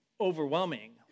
overwhelming